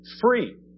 free